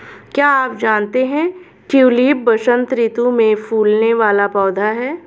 क्या आप जानते है ट्यूलिप वसंत ऋतू में फूलने वाला पौधा है